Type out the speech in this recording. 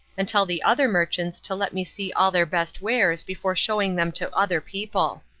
and tell the other merchants to let me see all their best wares before showing them to other people.